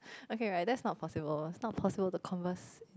okay right that's not possible it's not possible to converse in